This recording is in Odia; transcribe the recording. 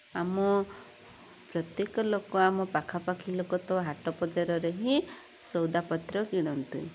ଆମ ପ୍ରତ୍ୟେକ ଲୋକ ଆମ ପାଖାପାଖି ଲୋକ ତ ହାଟ ବଜାରରେ ହିଁ ସଉଦା ପତ୍ର କିଣନ୍ତି